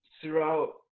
throughout